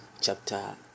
chapter